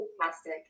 fantastic